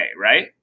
right